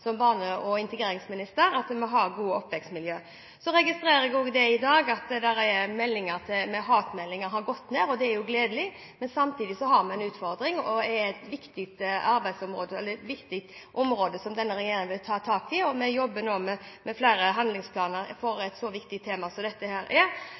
som barne- og integreringsminister at vi har gode oppvekstmiljø. Så registrerer jeg også i dag at antall hatmeldinger har gått ned, og det er jo gledelig. Men samtidig har vi en utfordring, og dette er et viktig område som denne regjeringen vil ta tak i. Vi jobber nå med flere tiltak knyttet til et så viktig tema som dette er.